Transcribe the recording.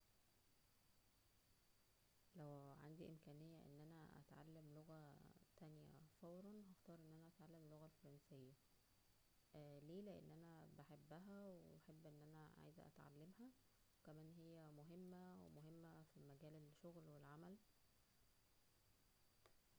لو عندى امكانية ان انا اتعلم لغة تانية فورا, هختار ان انا اتعلم اللغة الفرنسية, ليه لان انا بحبها واحب ان انا اتعلمها و كمان هى مهمة و مهمة فى مجال الشغل و العمل